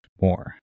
more